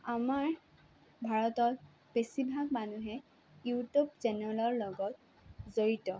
আমাৰ ভাৰতত বেছিভাগ মানুহে ইউটিউব চেনেলৰ লগত জড়িত